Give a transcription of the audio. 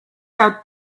out